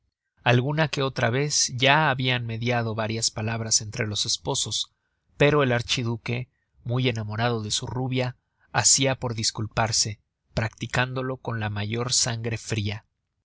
alguna que otra vez ya habian mediado varias palabras entre los esposos pero el archiduque muy enamorado de su rubia hacia por disculparse practicándolo con la mayor sangre fria